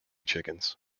chickens